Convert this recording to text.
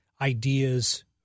ideas